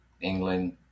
England